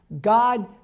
God